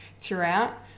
throughout